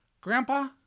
Grandpa